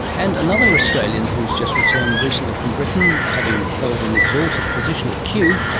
and another australian who has just returned recently from britain, having held an exalted position at kew,